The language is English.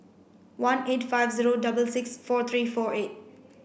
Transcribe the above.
one eight five zero double six four three four eight